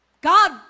God